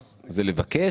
אז זה לבקש?